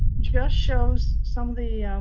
just shows some of the,